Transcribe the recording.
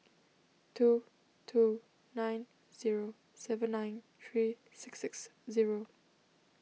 two two nine zero seven nine three six six zero